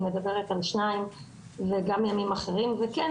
היא מדברת על שניים וגם לא בימים אחרים כן,